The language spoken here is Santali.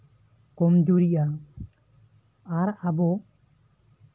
ᱠᱚᱢᱡᱩᱨᱤᱜᱼᱟ ᱟᱨ ᱟᱵᱚ